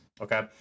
okay